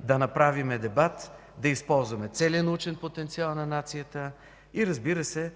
да направим дебат, да използваме целия научен потенциал на нацията и, разбира се,